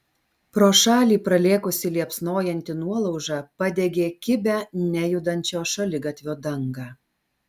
pro šalį pralėkusi liepsnojanti nuolauža padegė kibią nejudančio šaligatvio dangą